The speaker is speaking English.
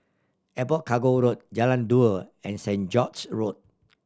Airport Cargo Road Jalan Dua and Saint George's Road